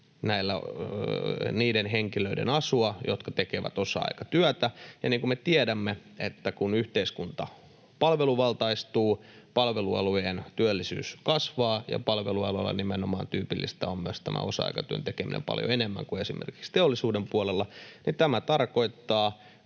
niiden henkilöiden asua, jotka tekevät osa-aikatyötä. Ja kun me tiedämme, että kun yhteiskunta palveluvaltaistuu, palvelualojen työllisyys kasvaa, ja palvelualoilla nimenomaan tyypillistä on myös tämä osa-aikatyön tekeminen paljon enemmän kuin esimerkiksi teollisuuden puolella, niin tämä tarkoittaa